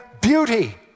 beauty